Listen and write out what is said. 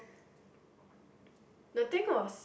the thing was